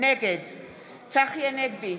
נגד צחי הנגבי,